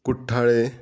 कुठ्ठाळे